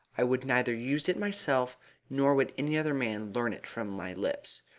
i would neither use it myself nor would any other man learn it from my lips.